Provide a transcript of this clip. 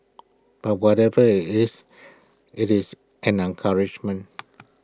but whatever IT is IT is an encouragement